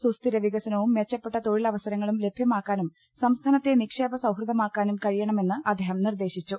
സുസ്ഥിര വികസനവും മെച്ച പ്പട്ട തൊഴിലവസരങ്ങളും ലഭ്യമാക്കാനും സംസ്ഥാനത്തെ നിക്ഷേപസൌഹൃദമാക്കാനും കഴിയണമെന്ന് അദ്ദേഹം നിർദേശി ച്ചു